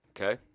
Okay